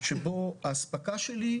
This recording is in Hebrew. שבו האספקה שלי,